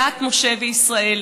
כדת משה וישראל,